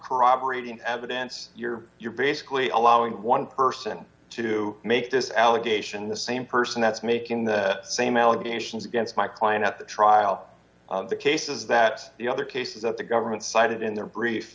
corroborating evidence you're you're basically allowing one person to make this allegation the same person that's making the same allegations against my client at the trial the cases that the other cases of the government cited in their brief